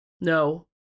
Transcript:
No